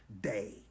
day